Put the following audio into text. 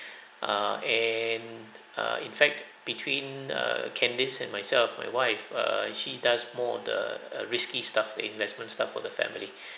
err and err in fact between err candace and myself my wife err she does more of the risky stuff the investment stuff for the family